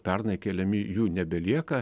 pernai keliami jų nebelieka